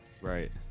Right